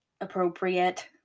appropriate